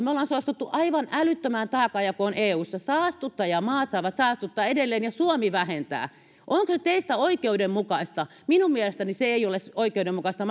me olemme esimerkiksi suostuneet aivan älyttömään taakanjakoon eussa saastuttajamaat saavat saastuttaa edelleen ja suomi vähentää onko se teistä oikeudenmukaista minun mielestäni se ei ole oikeudenmukaista